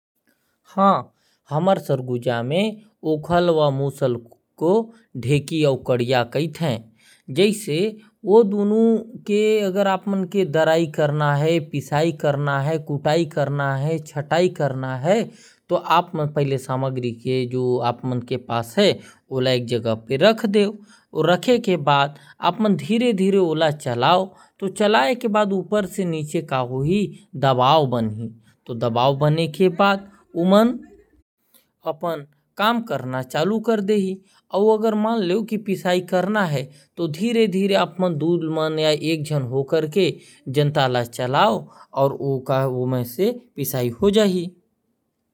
हमर सरगुजा में ओखल और मुसर ल ढेकी आऊ कड़ियां कह थे। जैसे धुलाई करना है, चटाई करना है, पिसाई करना है। तो सामग्री के जो पास है ओला एक जगह रख दे तो ऊपर से नीचे का होही दबाओ बनही। दबाओ बने के बाद अपन काम करना चालू कर देही। और पिसाई करे बर धीरे धीरे जनता ला चलाए से पिसाई हो जाहि।